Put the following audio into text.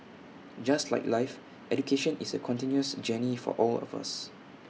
just like life education is A continuous journey for all of us